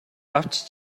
авч